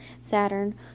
saturn